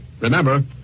Remember